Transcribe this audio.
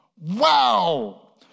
Wow